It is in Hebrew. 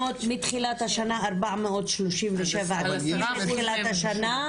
--- מתחילת השנה 437 תיקים.